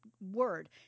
word